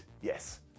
yes